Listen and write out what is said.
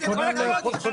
די